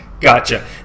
Gotcha